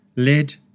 lid